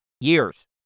years